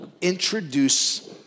introduce